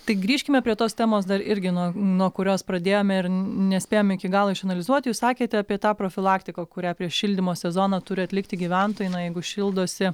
tai grįžkime prie tos temos dar irgi nuo nuo kurios pradėjome ir n nespėjom iki galo išanalizuoti jūs sakėte apie tą profilaktiką kurią prieš šildymo sezoną turi atlikti gyventojai na jeigu šildosi